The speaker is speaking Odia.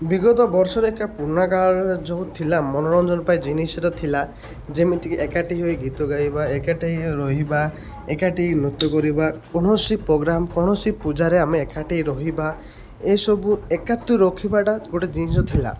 ବିଗତ ବର୍ଷରେ ଏକା ପୁରୁଣାକାଳରେ ଯେଉଁ ଥିଲା ମନୋରଞ୍ଜନ ପାଇଁ ଜିନିଷଟା ଥିଲା ଯେମିତିକି ଏକାଠି ହୋଇ ଗୀତ ଗାଇବା ଏକାଠି ହେଇ ରହିବା ଏକାଠି ନୃତ୍ୟ କରିବା କୌଣସି ପ୍ରୋଗ୍ରାମ୍ କୌଣସି ପୂଜାରେ ଆମେ ଏକାଠି ରହିବା ଏସବୁ ଏକାଠି ରଖିବାଟା ଗୋଟେ ଜିନିଷ ଥିଲା